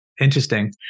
interesting